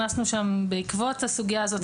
בעקבות הסוגיה הזאת,